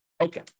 Okay